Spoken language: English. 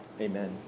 Amen